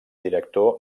director